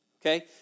Okay